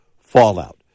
fallout